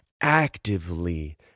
actively